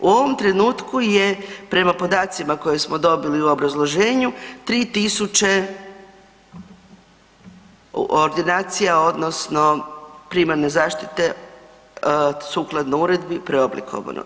U ovom trenutku je prema podacima koje smo dobili u obrazloženju, 3000 ordinacija odnosno primarne zaštite sukladno uredbi preoblikovano.